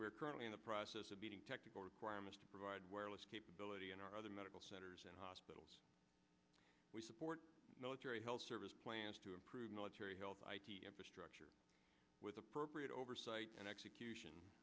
currently in the process of getting technical requirements to provide wireless capability and our other medical centers and hospitals we support military health service plans to improve military health structure with appropriate oversight and execution